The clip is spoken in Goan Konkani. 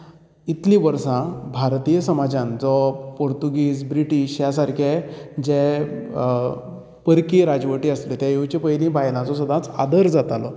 इतली वर्सा भारतीय समाजान जो पोर्तूगीज ब्रिटिश ह्या सारकें जे परकी राजवटी आशिल्ले ते येवचे पयली बायलांचो सदांच आदर जातालो